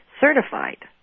certified